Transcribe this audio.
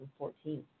2014